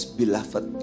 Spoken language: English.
beloved